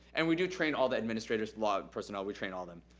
and we do train all the administrators, law personnel, we train all them.